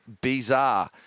bizarre